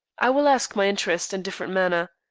i will ask my interest in different manner.